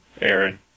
Aaron